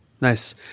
Nice